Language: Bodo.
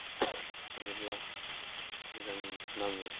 गायोब्ला मोजां नाङो